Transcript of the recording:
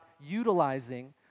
utilizing